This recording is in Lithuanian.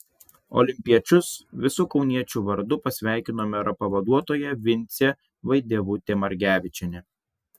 olimpiečius visų kauniečių vardu pasveikino mero pavaduotoja vincė vaidevutė margevičienė